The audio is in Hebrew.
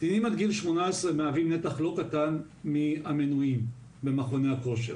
קטינים עד גיל 18 מהווים נתח לא קטן מהמנויים במכוני הכושר,